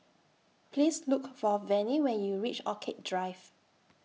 Please Look For Vennie when YOU REACH Orchid Drive